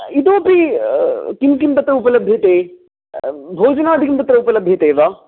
इतोपि किं किं तत्र उपलभ्यते भोजनादिकं तत्र उपलभ्यते वा